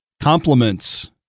Compliments